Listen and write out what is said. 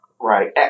Right